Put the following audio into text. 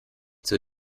zur